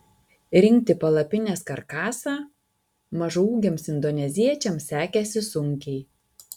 rinkti palapinės karkasą mažaūgiams indoneziečiams sekėsi sunkiai